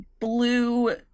blue